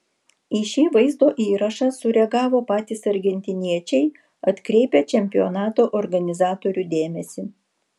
į šį vaizdo įrašą sureagavo patys argentiniečiai atkreipę čempionato organizatorių dėmesį